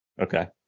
Okay